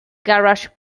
garage